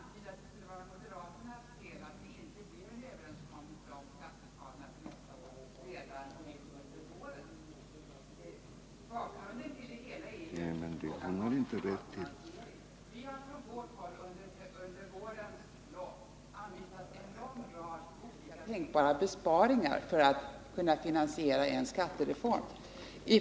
Herr talman! Holger Bergqvist säger att det skulle vara moderaternas fel att det inte blev någon överenskommelse om skatteskalorna för nästa år redan nu under våren. Bakgrunden till det hela är ju det krav på beslut om totalfinansiering som nu har ställts av bl.a. centern. Vi har från vårt håll under vårens lopp anvisat en lång rad av olika tänkbara besparingar för att finansiera en skattereform.